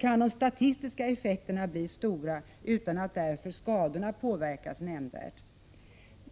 kan de statistiska effekterna bli stora utan att därför skadorna påverkas nämnvärt.